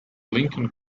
lincoln